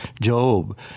Job